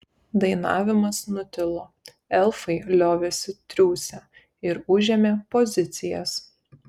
dainavimas nutilo elfai liovėsi triūsę ir užėmė pozicijas